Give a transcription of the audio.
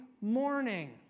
morning